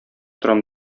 торам